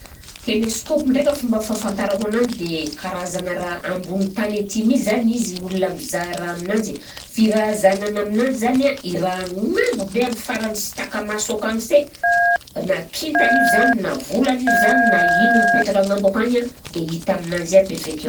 Telesakaopy ndraika fomba fahafantarako anany dia karazagna raha ambony tany aty mi zany izy olona mizaha raha aminanjy, firaha zahanana aminanzy zany a, i raha agnambo be am'farany sy taka-maso akagny se, na kintana io zany na volana io zany na ino mipetraka agnambo akagny a dia hita aminanzy aby avy akeo.